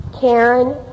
Karen